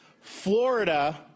Florida